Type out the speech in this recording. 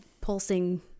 pulsing